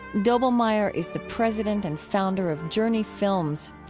doblmeier is the president and founder of journey films.